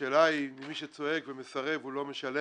השאלה היא אם מי שצועק ומסרב או לא משלם,